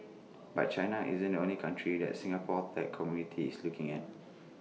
but China isn't only country the Singapore tech community is looking at